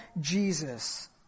Jesus